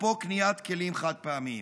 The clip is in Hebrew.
אפרופו קניית כלים חד-פעמיים.